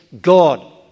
God